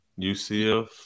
UCF